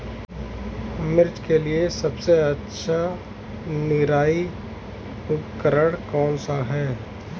मिर्च के लिए सबसे अच्छा निराई उपकरण कौनसा है?